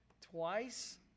twice